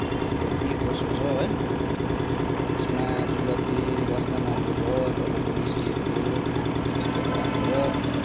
हाम्रो के कसो छ है त्यसमा जलेबी तपाईँको रस्तानाहरू भयो मिस्टीहरू भयो त्यस्तोहरू हालेर